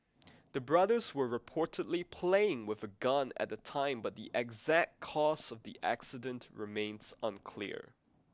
the brothers were reportedly playing with a gun at the time but the exact cause of the accident remains unclear